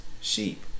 sheep